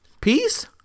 peace